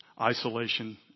isolation